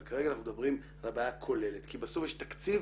אבל כרגע אנחנו מדברים על בעיה כוללת כי בסוף יש תקציב